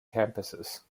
campuses